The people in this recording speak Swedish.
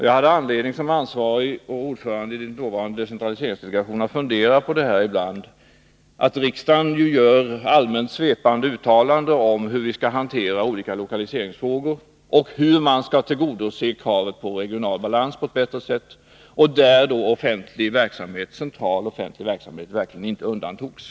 Jag hade som ansvarig och ordförande i dåvarande decentraliseringsdelegationen anledning att ibland fundera på detta att riksdagen gör allmänt svepande uttalanden om hur man skall hantera olika omlokaliseringsfrågor och hur man skall tillgodose kravet på regional balans på ett bättre sätt, varvid central offentlig verksamhet verkligen inte undantas.